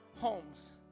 homes